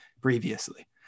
previously